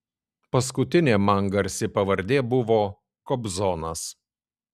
paskutinė man garsi pavardė buvo kobzonas